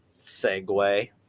segue